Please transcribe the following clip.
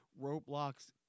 Roblox